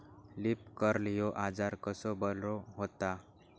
Leaf curl ह्यो आजार कसो बरो व्हता?